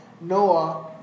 Noah